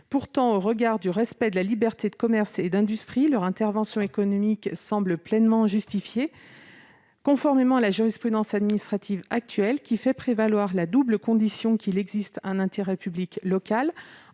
Pourtant, au regard du respect de la liberté du commerce et de l'industrie, leur intervention économique semble pleinement justifiée, conformément à la jurisprudence administrative actuelle qui fait prévaloir la double condition qu'il existe un intérêt public local-